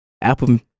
Apple